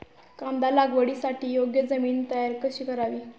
कांदा लागवडीसाठी योग्य जमीन तयार कशी करावी?